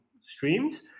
streams